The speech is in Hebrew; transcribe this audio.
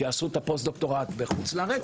שיעשו את הפוסט-דוקטורט בחוץ לארץ,